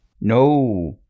No